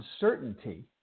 uncertainty